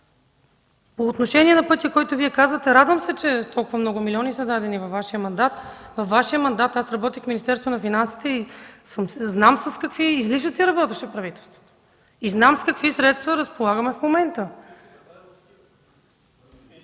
По отношение на пътя, за който Вие казахте. Радвам се, че толкова много милиони са дадени във Вашия мандат. Във Вашия мандат работех в Министерството на финансите и знам с какви излишъци работеше правителството, знам с какви средства разполагаме в момента.